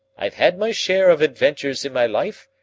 i've had my share of adventures in my life,